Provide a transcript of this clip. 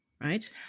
Right